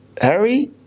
Harry